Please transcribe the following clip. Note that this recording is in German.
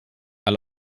alle